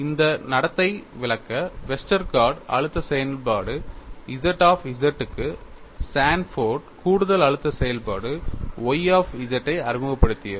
இந்த நடத்தை விளக்க வெஸ்டர்கார்ட் அழுத்த செயல்பாடு Z க்கு சான்ஃபோர்ட் கூடுதல் அழுத்த செயல்பாடு Y ஐ அறிமுகப்படுத்தியது